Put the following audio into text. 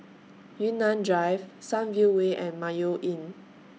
Yunnan Drive Sunview Way and Mayo Inn